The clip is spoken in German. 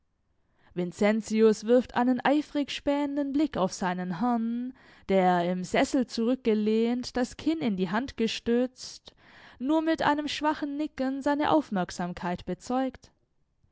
vincentius wirft einen eifrig spähenden blick auf seinen herrn der im sessel zurückgelehnt das kinn in die hand gestützt nur mit einem schwachen nicken seine aufmerksamkeit bezeugt